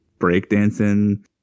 Breakdancing